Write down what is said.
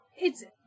it's-